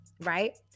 Right